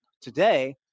today